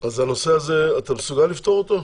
הנושא הזה, אתה מסוגל לפתור אותו?